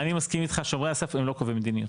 אני מסכים איתך, שומרי הסף הם לא קובעים מדיניות.